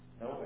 No